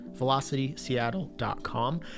VelocitySeattle.com